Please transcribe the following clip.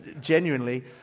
genuinely